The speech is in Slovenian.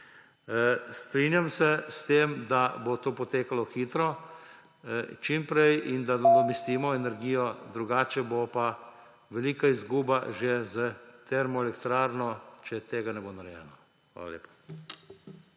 Strinjam se s tem, da bo to potekalo hitro, čimprej in da nadomestimo energijo, drugače bo pa velika izguba že s termoelektrarno, če to ne bo narejeno. Hvala lepa.